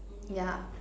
yeah